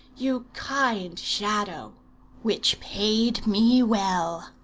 you kind shadow which paid me well.